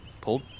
Pulled